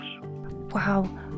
Wow